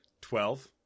twelve